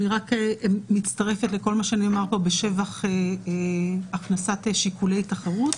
אני רק מצטרפת לכל מה שנאמר פה בשבח הכנסת שיקולי תחרות.